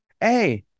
hey